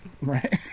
Right